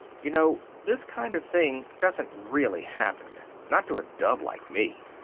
you know this kind of thing doesn't really happen not to a dub like me.